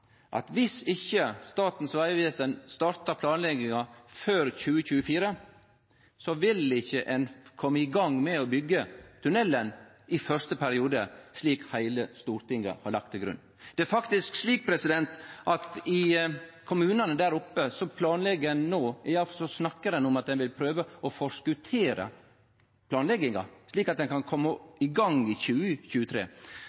at dersom ikkje Statens vegvesen startar planlegginga før 2024, vil ein ikkje kome i gang med å byggje tunnelen i første periode, slik heile Stortinget har lagt til grunn. Det er faktisk slik at i kommunane der oppe no snakkar om at ein vil prøve å forskottere planlegginga, slik at ein kan